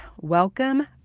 welcome